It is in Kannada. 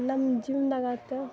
ನಮ್ದು ಜೀವನ್ದಾಗ ಆಯ್ತ್